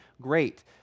Great